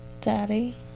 Daddy